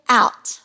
out